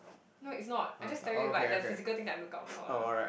no it's not I just tell you like the physical thing that I look out for lah